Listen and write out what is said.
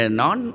non